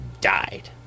died